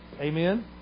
Amen